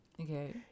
okay